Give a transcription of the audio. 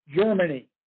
Germany